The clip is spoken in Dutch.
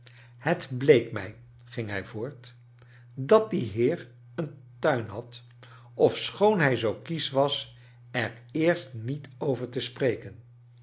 het bleek mij ging hij voort dat die heer een tuin had ofschoon hij zoo kiesch was er eerst niet over te spreken